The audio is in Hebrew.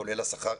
כולל השכר,